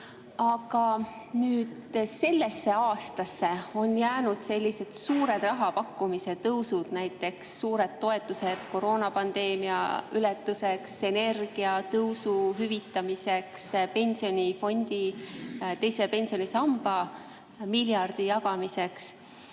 Aga nüüd sellesse aastasse on jäänud sellised suured rahapakkumise tõusud, näiteks suured toetused koroonapandeemia ületuseks, energia kallinemise hüvitamiseks, pensionifondi teise pensionisamba miljardi jagamiseks